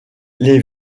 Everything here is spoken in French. les